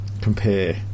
Compare